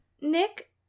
Nick